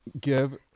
give